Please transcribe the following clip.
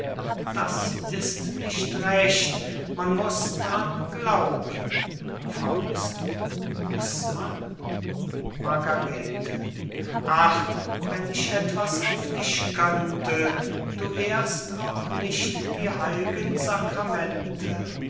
das ist nicht recht man muß d'ran glauben muß man margarete ach wenn ich etwas auf dich könnte du ehrst auch nicht die heil'gen